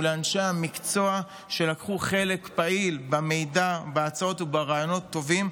לאנשי המקצוע שלקחו חלק פעיל במתן מידע ובהצעת רעיונות טובים,